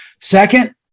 Second